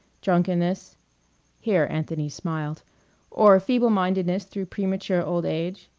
drunkenness here anthony smiled or feeble-mindedness through premature old age.